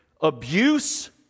abuse